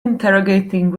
interrogating